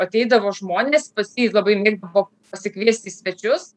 ateidavo žmonės pas jį labai mėgdavo pasikviesti svečius